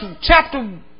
chapter